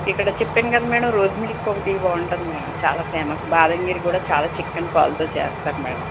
ఇక్కడ చెప్పాను కదా మేడం రోజ్ మిల్క్ ఒకటి బాగుంటుంది మేడం చాలా ఫేమస్ బాదం కీర్ కూడా చాలా చిక్కని పాలతో చేస్తారు మేడం